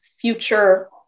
future